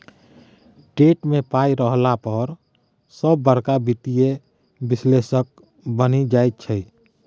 TET मे पाय रहला पर सभ बड़का वित्तीय विश्लेषक बनि जाइत छै